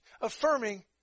affirming